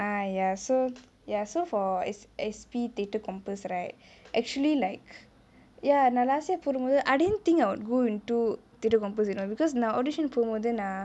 ah ya so ya so for S S_P threatre compass right actually like ya நா:naa last year பூரம்போது:poorampothu I didn't think I would go into threatre compass you know because நா:naa audition போமோது நா:pomothu naa